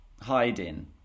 hiding